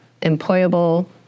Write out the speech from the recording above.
employable